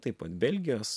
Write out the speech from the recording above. taip pat belgijos